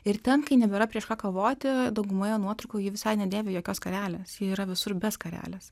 ir ten kai nebėra prieš ką kovoti daugumoje nuotraukų ji visai nedėvi jokios skarelės ji yra visur be skarelės